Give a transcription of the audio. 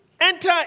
enter